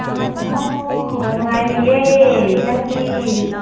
ꯍꯥꯎ ꯅꯨꯡꯉꯥꯏꯔꯤꯑꯦ ꯅꯪꯗꯤ